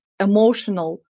emotional